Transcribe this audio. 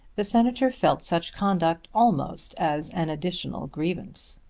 the senator felt such conduct almost as an additional grievance.